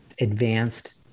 advanced